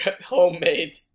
homemade –